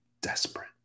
desperate